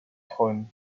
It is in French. trône